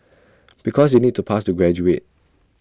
because you need to pass to graduate